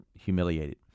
humiliated